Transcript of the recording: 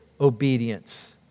obedience